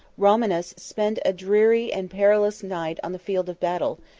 romanus spent a dreary and perilous night on the field of battle,